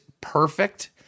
perfect